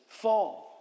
fall